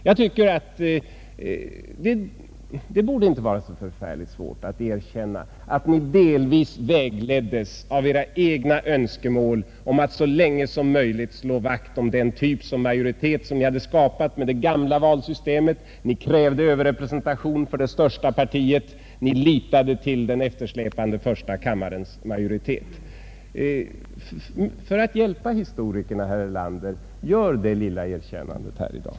Jag tycker inte det borde vara så förfärligt svärt att erkänna att ni delvis vägleddes av era egna önskemäl att så länge som möjligt slå vakt om den typ av majoritet som ni hade skapat med det gamla valsystemet. Ni krävde öÖverrepresentation för det största partiet, och ni litade till en eftersläpande förstakammarmajoritet. För att hjälpa historikerna, herr Erlander, gör det lilla erkännandet här i dag!